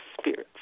spirits